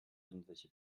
irgendwelche